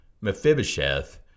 Mephibosheth